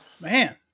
Man